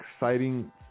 exciting